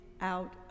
out